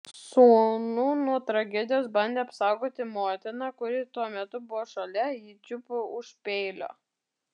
sūnų nuo tragedijos bandė apsaugoti motina kuri tuo metu buvo šalia ji čiupo už peilio